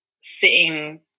sitting